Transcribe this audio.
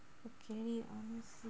okay